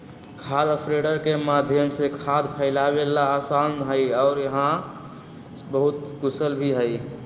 खाद स्प्रेडर के माध्यम से खाद फैलावे ला आसान हई और यह बहुत कुशल भी हई